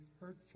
hurtful